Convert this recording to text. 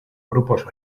grupos